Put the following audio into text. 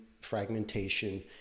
fragmentation